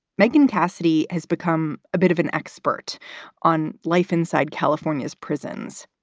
megan cassidy has become a bit of an expert on life inside california's prisons,